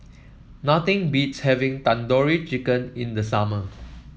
nothing beats having Tandoori Chicken in the summer